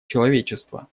человечества